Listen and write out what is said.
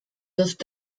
wirft